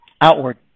outward